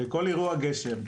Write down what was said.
בכל אירוע גשם,